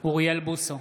אוריאל בוסו,